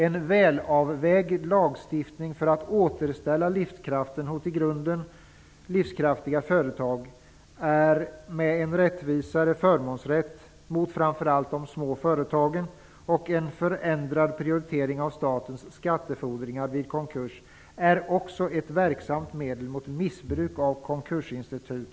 En välavvägd lagstiftning för att man skall kunna återställa livskraften hos i grunden livskraftiga företag, en rättvisare förmånsrätt mot framför allt de små företagen och en förändrad prioritering av statens skattefordringar vid konkurs är också verksamma medel mot missbruk av konkursinstitutet.